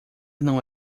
não